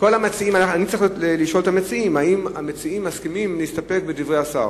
צריך לשאול את המציעים אם הם מציעים להסתפק בדברי השר?